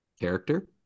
Character